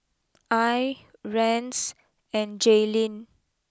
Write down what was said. Al Rance and Jailyn